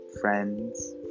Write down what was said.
friends